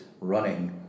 running